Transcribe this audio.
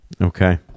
okay